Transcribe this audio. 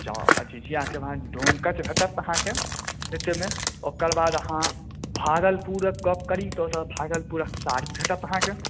आ झिझियाके बाद डोमकच भेटत अहाँके नृत्यमे ओकरबाद अहाँ भागलपुरक गप्प करि तऽ ओतऽ भागलपुरक साड़ी भेटत अहाँके